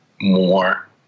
more